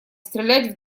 стрелять